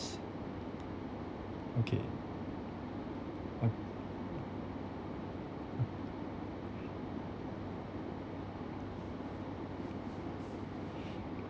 okay uh